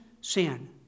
sin